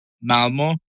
Malmo